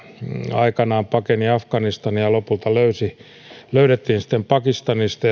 aikanaan pakeni afganistanista ja lopulta löydettiin sitten pakistanista